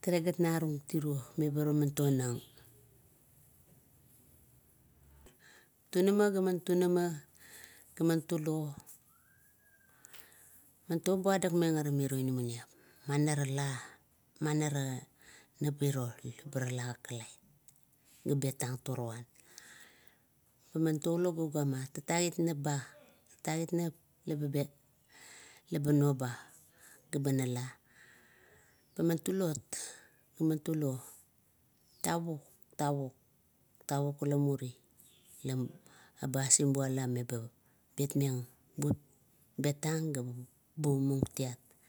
talegan narung tiro, baman tonang. Tunama, gaman tunama ga an tulo. a toboadakmeng ara miro inamaniap, man ara la, man ara nap iro barala lake ga betang toruan, gama toulo ga ugama, tatagit nap ba, tatagit nap la ba noba gaba nala, pa man tulot, la man tulo, tavuk, tavuk, tavuk ila muri meba asinbula, meba betmeng, betmeng ga buvamung tiat.